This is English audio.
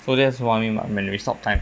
so that's is what I mean by when we stop time